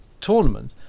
tournament